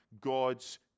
God's